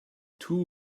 too